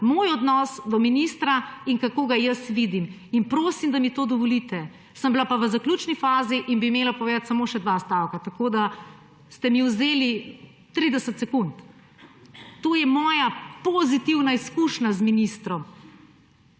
svoj odnos do ministra in kako ga jaz vidim in prosim, da mi to dovolite. Sem bila pa v zaključni fazi in bi imela povedati samo še dva stavka. Tako ste mi vzeli 30 sekund. To je moja pozitivna izkušnja z ministrom;